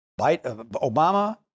Obama